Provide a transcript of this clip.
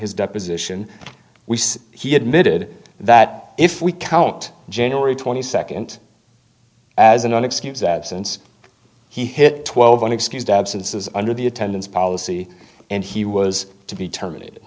his deposition we said he admitted that if we count january twenty second as an excuse that since he hit twelve unexcused absences under the attendance policy and he was to be terminated